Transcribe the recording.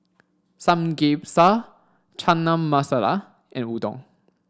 Samgyeopsal Chana Masala and Udon